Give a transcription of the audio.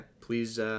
please